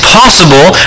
possible